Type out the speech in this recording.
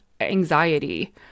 anxiety